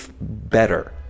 better